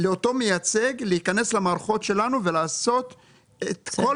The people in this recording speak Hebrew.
לאותו מייצג להיכנס למערכות שלנו ולעשות את כל